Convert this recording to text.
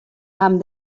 amb